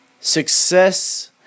Success